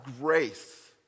grace